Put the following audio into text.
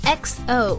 xo